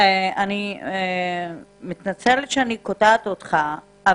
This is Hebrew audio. דוקטור ריכטר, אני מתנצלת שאני קוטעת אותך.